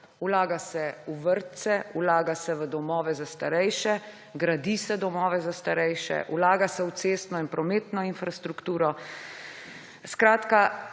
vlaga se v vrtce, vlaga se v domove za starejše, gradi se domove za starejše, vlaga se v cestno in prometno infrastrukturo. Skratka,